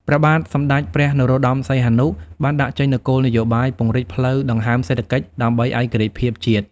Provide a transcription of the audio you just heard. ព្រះបាទសម្តេចព្រះ នរោត្តម សីហនុ បានដាក់ចេញនូវគោលនយោបាយពង្រីកផ្លូវដង្ហើមសេដ្ឋកិច្ចដើម្បីឯករាជ្យភាពជាតិ។